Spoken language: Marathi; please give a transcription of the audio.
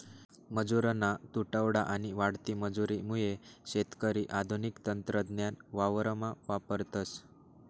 मजुरना तुटवडा आणि वाढती मजुरी मुये शेतकरी आधुनिक तंत्रज्ञान वावरमा वापरतस